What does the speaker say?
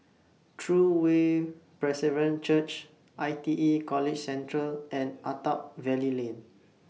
True Way Presbyterian Church I T E College Central and Attap Valley Lane